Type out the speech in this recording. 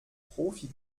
profi